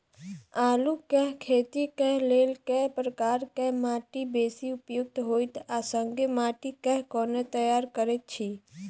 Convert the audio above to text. आलु केँ खेती केँ लेल केँ प्रकार केँ माटि बेसी उपयुक्त होइत आ संगे माटि केँ कोना तैयार करऽ छी?